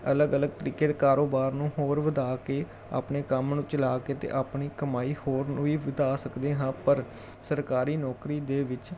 ਅਲੱਗ ਅਲੱਗ ਤਰੀਕੇ ਦੇ ਕਾਰੋਬਾਰ ਨੂੰ ਹੋਰ ਵਧਾ ਕੇ ਆਪਣੇ ਕੰਮ ਨੂੰ ਚਲਾ ਕੇ ਅਤੇ ਆਪਣੀ ਕਮਾਈ ਹੋਰ ਨੂੰ ਹੀ ਵਧਾ ਸਕਦੇ ਹਾਂ ਪਰ ਸਰਕਾਰੀ ਨੌਕਰੀ ਦੇ ਵਿੱਚ